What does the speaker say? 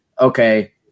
okay